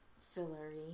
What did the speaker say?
fillery